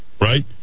right